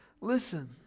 Listen